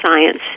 science